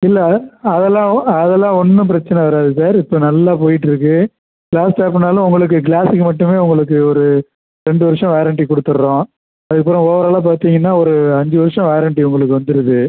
இல்லை அதெல்லாம் அதெல்லாம் ஒன்றும் பிரச்சனை வராது சார் இப்போ நல்லா போயிகிட்ருக்கு க்ளாஸ் டாப்னாலும் உங்களுக்கு க்ளாஸுக்கு மட்டுமே உங்களுக்கு ஒரு ரெண்டு வருஷம் வாரண்ட்டி கொடுத்துட்றோம் அதுக்கப்புறோம் ஓவராலாக பார்த்திங்கன்னா ஒரு அஞ்சு வருஷம் வாரண்ட்டி உங்களுக்கு வந்துடுது